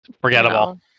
Forgettable